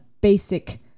basic